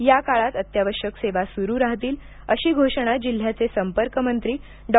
या काळात अत्यावश्यक सेवा सुरु राहतील अशी घोषणा जिल्ह्याचे संपर्क मंत्री डॉ